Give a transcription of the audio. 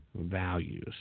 values